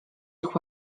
ich